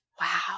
wow